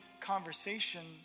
conversation